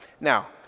Now